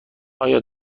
آیا